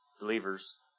Believers